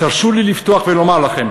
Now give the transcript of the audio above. תרשו לי לפתוח ולומר לכם